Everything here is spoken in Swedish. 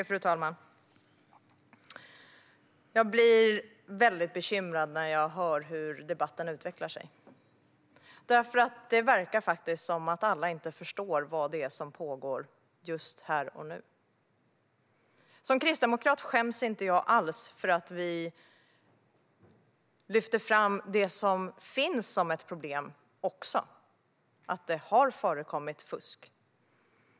Fru talman! Jag blir väldigt bekymrad när jag hör hur debatten utvecklar sig, för det verkar som att alla inte förstår vad det är som pågår just här och nu. Som kristdemokrat skäms jag inte alls för att vi lyfter fram det som också finns som ett problem - att det har förekommit fusk.